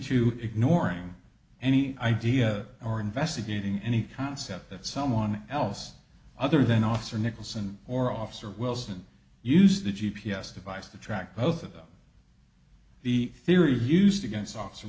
to ignoring any idea or investigating any concept that someone else other than officer nicholson or officer wilson used a g p s device to track both of them the theory used against officer